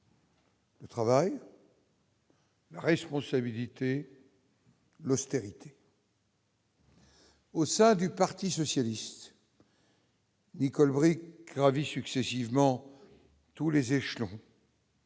1er rang. La responsabilité. Au sein du Parti socialiste. Nicole Bricq gravit successivement tous les échelons.